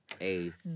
Ace